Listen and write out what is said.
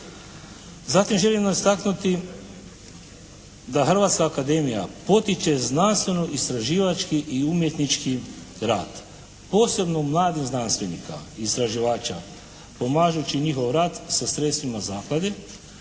Zatim želim istaknuti da Hrvatska akademija potiče znanstveno istraživački i umjetnički rad, posebno mladih znanstvenika, istraživača, pomažući njihov rad sa sredstvima Zaklade